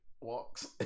walks